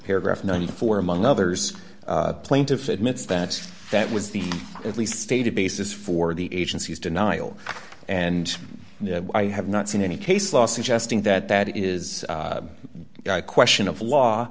paragraph ninety four among others plaintiff admits that that was the at least stated basis for the agency's denial and i have not seen any case law suggesting that that is a question of law